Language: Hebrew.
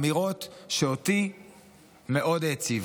אמירות שאותי מאוד העציבו.